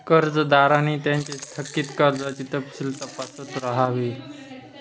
कर्जदारांनी त्यांचे थकित कर्जाचे तपशील तपासत राहावे